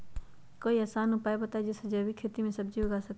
कोई आसान उपाय बताइ जे से जैविक खेती में सब्जी उगा सकीं?